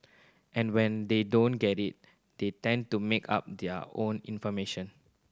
and when they don't get it they tend to make up their own information